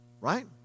right